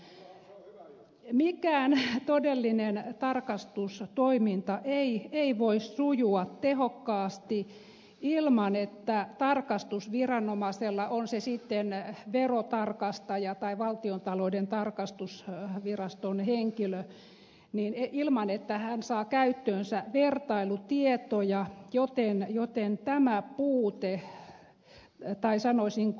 mikään todellinen tarkastustoiminta ei voi sujua tehokkaasti ilman että tarkastusviranomainen on se sitten verotarkastaja tai valtiontalouden tarkastusviraston henkilö saa käyttöönsä vertailutietoja joten tämä puute tai sanoisinko